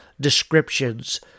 descriptions